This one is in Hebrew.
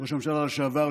ראש המשלה לשעבר,